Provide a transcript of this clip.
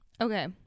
Okay